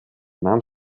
nahm